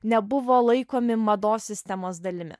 nebuvo laikomi mados sistemos dalimi